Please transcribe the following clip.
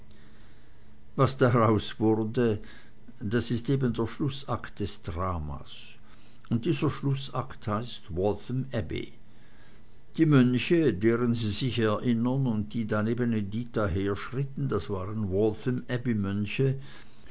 was daraus wurde das ist eben der schlußakt des dramas und dieser schlußakt heißt waltham abbey die mönche deren sie sich erinnern und die da neben editha herschritten das waren waltham abbey mönche